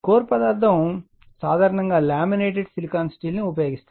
core పదార్థం సాధారణంగా laminated silicon steel ను ఉపయోగిస్తారు